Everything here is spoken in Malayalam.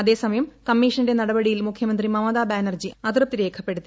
അതേസമയം കമ്മിഷന്റെ നടപടിയിൽ മുഖൃമന്ത്രി മമതാ ബാനർജി അതൃപ്തി രേഖപ്പെടുത്തി